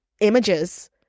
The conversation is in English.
images